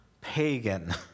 pagan